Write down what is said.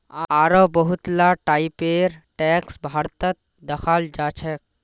आढ़ो बहुत ला टाइपेर टैक्स भारतत दखाल जाछेक